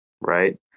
right